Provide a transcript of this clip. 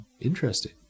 interesting